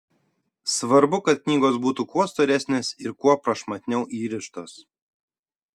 svarbu kad knygos būtų kuo storesnės ir kuo prašmatniau įrištos